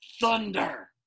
Thunder